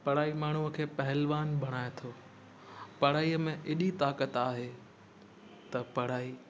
पढ़ाई माण्हूंअ खे पहिलवान बणाए थो पढ़ाईअ में एॾी ताकतु आहे त पढ़ाई